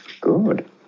good